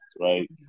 right